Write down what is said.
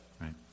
right